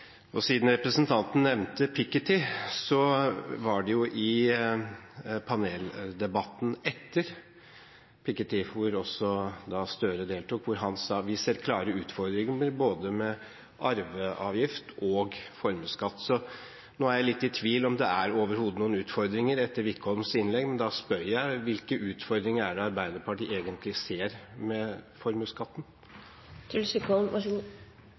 del. Siden representanten nevnte Piketty, var det jo i paneldebatten etter Piketty, hvor også Gahr Støre deltok, at han sa at de ser klare utfordringer med både arveavgift og formuesskatt. Så nå etter Wickholms innlegg er jeg litt i tvil om det overhodet er noen utfordringer, men da spør jeg: Hvilke utfordringer er det Arbeiderpartiet egentlig ser med